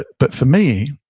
but for me,